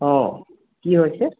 অঁ কি হৈছে